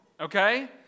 Okay